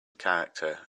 character